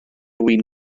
win